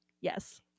Yes